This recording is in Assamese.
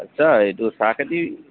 আচ্ছা এইটো চাহ খেতি